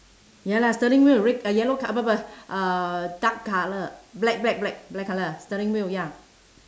ya lah steering wheel red uh yellow co~ uh dark colour black black black black colour steering wheel ya